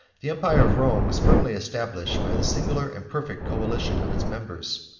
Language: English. the empire of rome was firmly established by the singular and perfect coalition of its members.